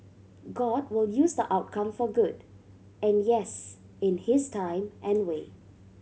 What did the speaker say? God will use the outcome for good and yes in his time and way